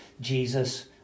Jesus